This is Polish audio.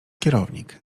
kierownik